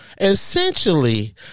essentially